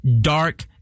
dark